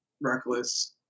reckless